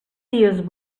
dies